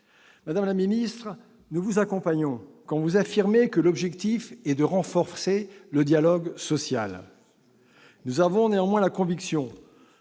Madame la ministre, nous vous accompagnons quand vous affirmez que l'objectif est de renforcer le dialogue social. Nous avons néanmoins la conviction